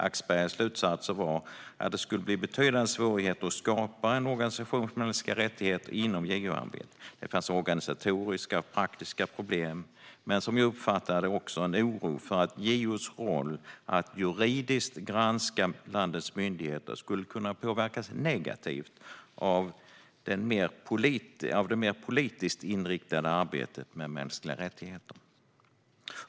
Axbergers slutsatser var att det skulle innebära betydande svårigheter att skapa en organisation för mänskliga rättigheter inom JO-ämbetet. Det finns organisatoriska och praktiska problem men också, som jag uppfattar det, en oro för att JO:s roll att juridiskt granska landets myndigheter skulle kunna påverkas negativt av det mer politiskt inriktade arbetet med mänskliga rättigheter.